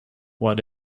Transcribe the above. what